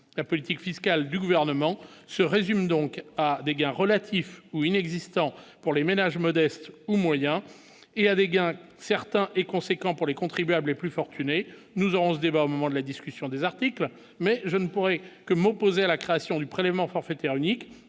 la politique fiscale du gouvernement se résume donc à des gains relatifs ou inexistant pour les ménages modestes ou moyens et avec un certain et conséquent pour les contribuables les plus fortunés, nous aurons se débat au moment de la discussion des articles mais je ne pourrais que m'opposer à la création du prélèvement forfaitaire unique